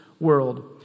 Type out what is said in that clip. world